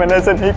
and hasn't